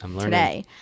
today